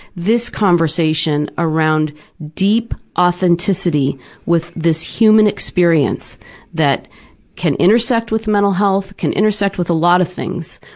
this conversation around deep authenticity with this human experience that can intersect with mental health, can intersect with a lot of things,